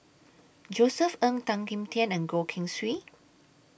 Josef Ng Tan Kim Tian and Goh Keng Swee